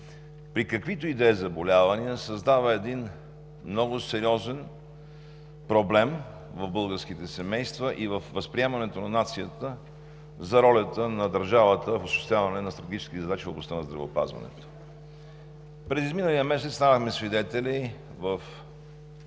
при каквито и да е заболявания създава един много сериозен проблем в българските семейства и във възприемането на нацията за ролята на държавата в осъществяване на стратегически задачи в областта на здравеопазването. През изминалия месец станахме свидетели в